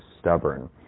stubborn